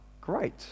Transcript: great